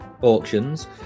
auctions